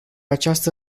această